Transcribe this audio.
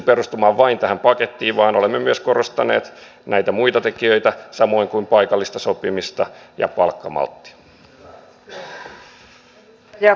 mutta ymmärtääkseni nämä panostukset kohdistuvat kuitenkin ikääntyneisiin ihmisiin mikä sekin on tärkeä asia mutta omaishoito koskettaa myös lapsiperheitä